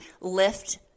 lift